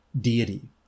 deity